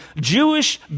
Jewish